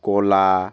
কলা